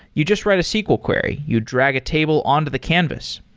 you just write a sql query. you drag a table on to the canvas.